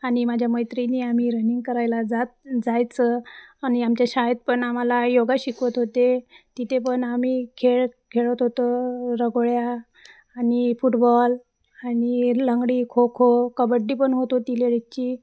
आणि माझ्या मैत्रिणी आम्ही रनिंग करायला जात जायचं आणि आमच्या शाळेत पण आम्हाला योगा शिकवत होते तिथे पण आम्ही खेळ खेळत होतो रगोळ्या आणि फुटबॉल आणि लंगडी खो खो कबड्डी पण होत होती लेडीजची